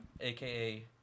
aka